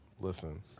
Listen